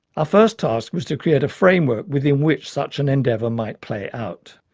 our first task was to create a framework within which such an endeavour might play out.